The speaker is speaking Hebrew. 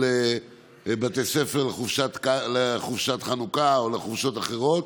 לבתי ספר בחופשת חנוכה או בחופשות אחרות?